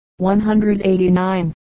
189